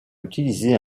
utilisé